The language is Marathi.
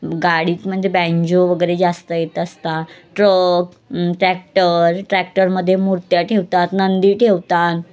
गाडीत म्हणजे बँजो वगैरे जास्त येत असतात ट्रक ट्रॅक्टर ट्रॅक्टरमध्ये मूर्त्या ठेवतात नंदी ठेवतात